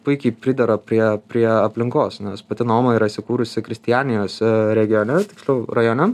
puikiai pridera prie prie aplinkos nes pati noma yra įsikūrusi kristianijos regione tiksliau rajone